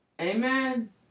Amen